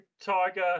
Tiger